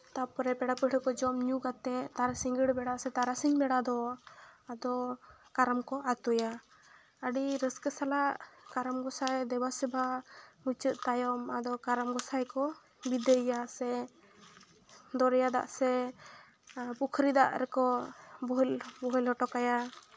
ᱛᱟᱨᱯᱚᱨᱮ ᱯᱮᱲᱟ ᱯᱟᱹᱲᱦᱟᱹ ᱠᱚ ᱡᱚᱢ ᱧᱩ ᱠᱟᱛᱮᱫ ᱛᱟᱨ ᱥᱤᱸᱜᱟᱹᱲ ᱥᱮ ᱛᱟᱨᱟᱥᱤᱧ ᱵᱮᱲᱟ ᱫᱚ ᱟᱫᱚ ᱠᱟᱨᱟᱢ ᱠᱚ ᱟᱹᱛᱩᱭᱟ ᱟᱹᱰᱤ ᱨᱟᱹᱥᱠᱟᱹ ᱥᱟᱞᱟᱜ ᱠᱟᱨᱟᱢ ᱜᱚᱸᱥᱟᱭ ᱫᱮᱵᱟᱼᱥᱮᱵᱟ ᱢᱩᱪᱟᱹᱫ ᱛᱟᱭᱚᱢ ᱟᱫᱚ ᱠᱟᱨᱟᱢ ᱜᱚᱸᱥᱟᱭ ᱠᱚ ᱵᱤᱫᱟᱹᱭᱮᱭᱟ ᱥᱮ ᱫᱚᱨᱭᱟ ᱫᱟᱜ ᱥᱮ ᱯᱩᱠᱷᱨᱤ ᱫᱟᱜ ᱨᱮᱠᱚ ᱵᱳᱦᱮᱞ ᱵᱳᱦᱮᱞ ᱦᱚᱴᱚ ᱠᱟᱭᱟ